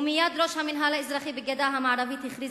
ומייד ראש המינהל האזרחי בגדה המערבית הכריז